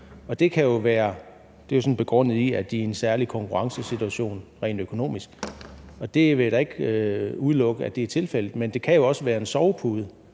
sådan begrundet i, at de er i en særlig konkurrencesituation rent økonomisk, og det vil jeg da ikke udelukke er tilfældet, men det kan jo også være en sovepude,